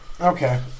Okay